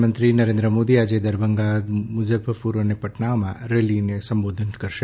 પ્રધાનમંત્રી મોદી આજે દરભંગા મુઝફ્ફરપુર અને પટનામાં રેલીઓ સંબોધશે